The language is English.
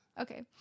Okay